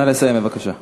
נא לסיים, בבקשה.